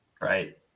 right